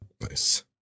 nice